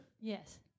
Yes